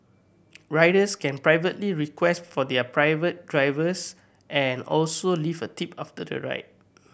riders can privately request for their preferred drivers and also leave a tip after the ride